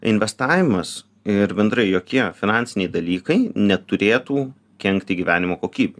investavimas ir bendrai jokie finansiniai dalykai neturėtų kenkti gyvenimo kokybei